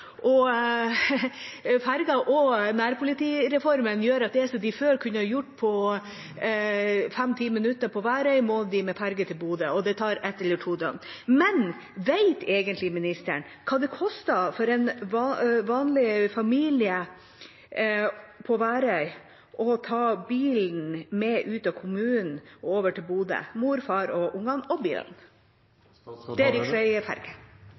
Nærpolitireformen gjør at det som de før kunne gjort på 5–10 minutter på Værøy, må de bruke et eller to døgn på, med ferge til Bodø. Men vet egentlig ministeren hva det koster for en vanlig familie på Værøy å ta bilen med ut av kommunen og over til Bodø – mor, far, ungene og bilen? Det